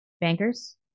bankers